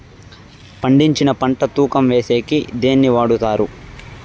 పండించిన పంట తూకం వేసేకి దేన్ని వాడతారు?